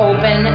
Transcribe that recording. Open